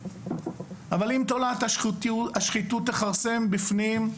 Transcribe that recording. אבל אם תולעת השחיתות תכרסם בפנים,